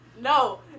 No